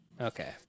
Okay